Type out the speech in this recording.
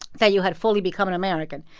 that you had fully become an american?